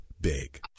big